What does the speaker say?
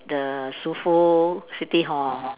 the Sufood City Hall